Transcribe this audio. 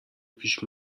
پیش